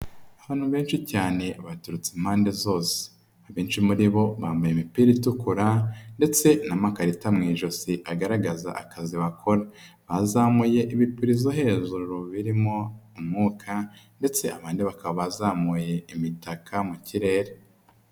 Abantu benshi cyane baturutse impande zose abenshi muri bo bambaye imipira itukura ndetse n'amakarita mu ijosi agaragaza akazi bakora, bazamuye ibirizo hejuru birimo umwuka ndetse abandi bakaba bazamuye imitaka mu kirere.